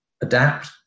adapt